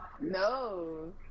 No